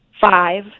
five